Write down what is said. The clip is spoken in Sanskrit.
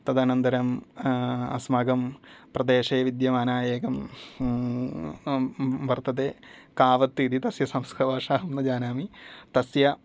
तदनन्तरं अस्माकं प्रदेशे विद्यमानं एकं वर्तते कावत् इति संस्कृतभाषा अहं न जानामि तस्य